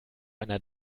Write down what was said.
einer